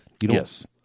Yes